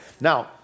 Now